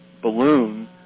balloon